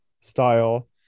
style